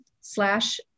slash